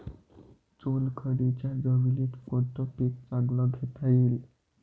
चुनखडीच्या जमीनीत कोनतं पीक चांगलं घेता येईन?